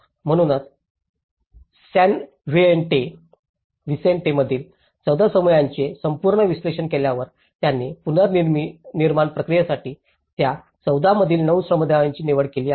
म्हणूनच San Vicente मधील 14 समुदायांचे संपूर्ण विश्लेषण केल्यावर त्यांनी पुनर्निर्माण प्रक्रियेसाठी त्या 14 मधील 9 समुदायांची निवड केली आहे